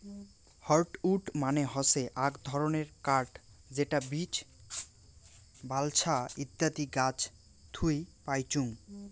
hardwood মানে হসে আক ধরণের কাঠ যেটা বীচ, বালসা ইত্যাদি গাছ থুই পাইচুঙ